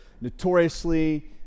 notoriously